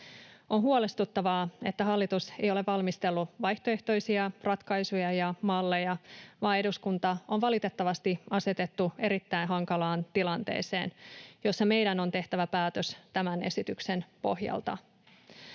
On huolestuttavaa, että hallitus ei ole valmistellut vaihtoehtoisia ratkaisuja ja malleja, vaan eduskunta on valitettavasti asetettu erittäin hankalaan tilanteeseen, jossa meidän on tehtävä päätös tämän esityksen pohjalta.